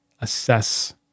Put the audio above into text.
assess